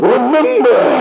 Remember